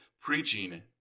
preaching